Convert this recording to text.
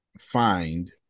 find